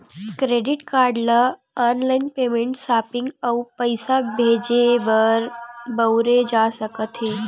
credit card ल online payment, shopping अउ पइसा भेजे बर बउरे जा सकत हे